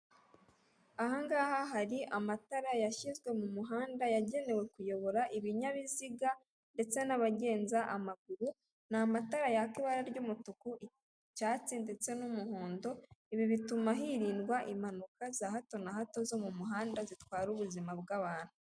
Aha ngaha hari amatara yashyizwe mu muhanda yagenewe kuyobora ibinyabiziga ndetse n'abagenza amaguru ni amatara yaka ibara ry'umutuku, icyatsi ndetse n'umuhondo ibi bituma hirindwa impanuka za hato na hato zo mu muhanda zitwara ubuzima bw'abantu.